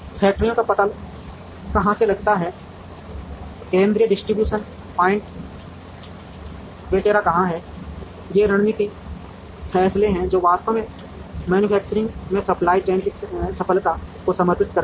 फैक्टरियों का पता कहां से लगता है केंद्रीय डिस्ट्रीब्यूशन पॉइंट वेटेरा कहां है ये रणनीतिक फैसले हैं जो वास्तव में मैन्युफैक्चरिंग में सप्लाई चेन की सफलता को समर्पित करते हैं